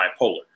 bipolar